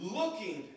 looking